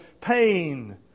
pain